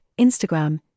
Instagram